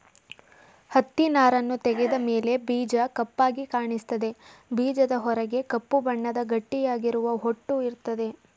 ಹತ್ತಿನಾರನ್ನು ತೆಗೆದ ಮೇಲೆ ಬೀಜ ಕಪ್ಪಾಗಿ ಕಾಣಿಸ್ತದೆ ಬೀಜದ ಹೊರಗೆ ಕಪ್ಪು ಬಣ್ಣದ ಗಟ್ಟಿಯಾಗಿರುವ ಹೊಟ್ಟು ಇರ್ತದೆ